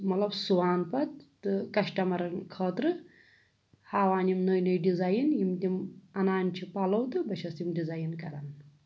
مطلب سُوان پَتہٕ تہٕ کَسٹَمَرَن خٲطرٕ ہاوان یِم نٔے نٔے ڈِزایِن یِم تِم اَنان چھِ پَلو تہٕ بہٕ چھَس تِم ڈِزاین کَران